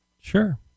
sure